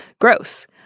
gross